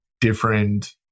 different